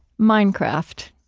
minecraft.